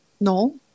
No